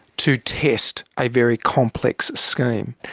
to test a very complex scheme.